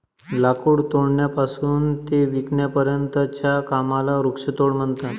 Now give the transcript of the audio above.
लाकूड तोडण्यापासून ते विकण्यापर्यंतच्या कामाला वृक्षतोड म्हणतात